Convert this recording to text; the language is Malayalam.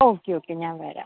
ഓക്കെ ഓക്കെ ഞാൻ വരാം